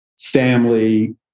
family